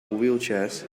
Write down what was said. wheelchairs